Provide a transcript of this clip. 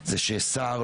ששר,